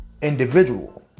individual